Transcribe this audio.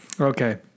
Okay